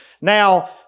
Now